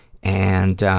and, ah,